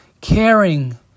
caring